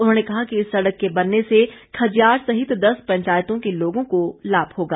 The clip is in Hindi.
उन्होंने कहा कि इस सड़क के बनने से खजियार सहित दस पंचायतों के लोगों को लाभ होगा